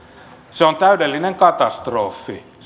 se on täydellinen katastrofi